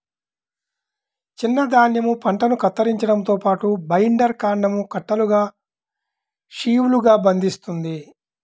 చిన్న ధాన్యం పంటను కత్తిరించడంతో పాటు, బైండర్ కాండం కట్టలుగా షీవ్లుగా బంధిస్తుంది